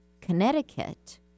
Connecticut